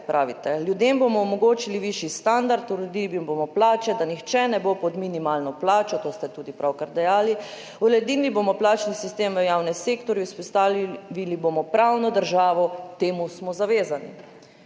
»Ljudem bomo omogočili višji standard, uredili jim bomo plače, da nihče ne bo pod minimalno plačo,« to ste tudi pravkar dejali. »Uredili bomo plačni sistem v javnem sektorju, vzpostavili bomo pravno državo, temu smo zavezani.«